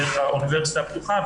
דרך האוניברסיטה הפתוחה.